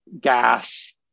gas